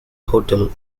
hotel